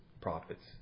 prophets